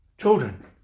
children